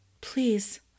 Please